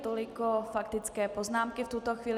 Tolik faktické poznámky v tuto chvíli.